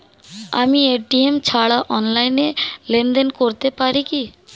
আমি এ.টি.এম ছাড়া অনলাইনে লেনদেন করতে পারি কি?